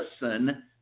listen